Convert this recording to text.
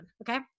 okay